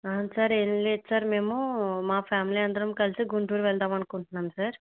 sir ఏం లేదు sir మేము మా ఫ్యామిలీ అందరం కలిసి గుంటూరు వెళదాం అనుకుంటున్నాం సార్